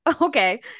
Okay